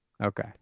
Okay